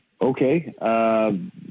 Okay